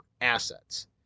assets